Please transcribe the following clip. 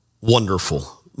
wonderful